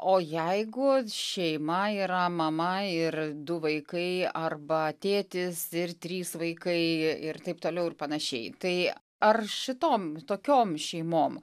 o jeigu šeima yra mama ir du vaikai arba tėtis ir trys vaikai ir taip toliau ir panašiai tai ar šitom tokiom šeimom